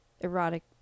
erotic